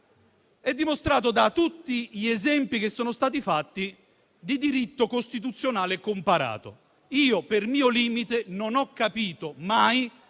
è dimostrato da tutti gli esempi che sono stati fatti di diritto costituzionale comparato. Io, per mio limite, non ho mai capito